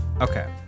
Okay